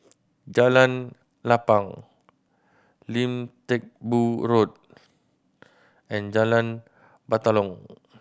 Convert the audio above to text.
Jalan Lapang Lim Teck Boo Road and Jalan Batalong